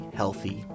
healthy